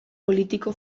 politiko